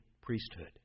priesthood